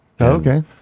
Okay